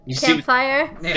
Campfire